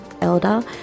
Elder